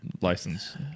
license